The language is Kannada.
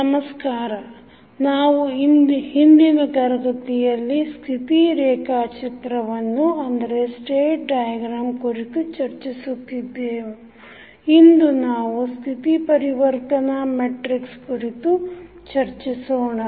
ನಮಸ್ಕಾರ ನಾವು ಹಿಂದಿನ ತರಗತಿಯಲ್ಲಿ ಸ್ಥಿತಿ ರೇಖಾಚಿತ್ರವನ್ನು ಕುರಿತು ಚರ್ಚಿಸುತ್ತಿದ್ದೆವು ಇಂದು ನಾವು ಸ್ಥಿತಿ ಪರಿವರ್ತನಾ ಮೆಟ್ರಿಕ್ಸ್ ಕುರಿತು ಚರ್ಚಿಸೋಣ